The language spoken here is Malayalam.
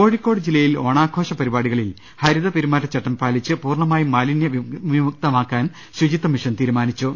കോഴിക്കോട് ജില്ലയിൽ ഓണാഘോഷപരിപാടികളിൽ ഹരിതപെരുമാറ്റചട്ടം പാലിച്ച് പൂർണമായും മാലിന്യ വിമുക്തമാക്കാൻ ശുചിത്യ്മിഷൻ തീരുമാനിച്ചു